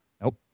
Nope